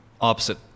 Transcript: opposite